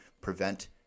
prevent